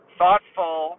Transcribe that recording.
thoughtful